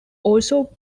also